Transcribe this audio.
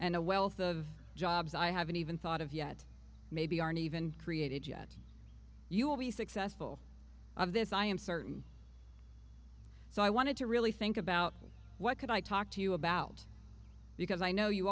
and a wealth of jobs i haven't even thought of yet maybe aren't even created yet you will be successful of this i am certain so i wanted to really think about what could i talk to you about because i know you